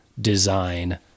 design